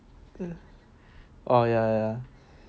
oh ya ya